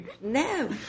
No